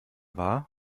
war